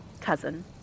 cousin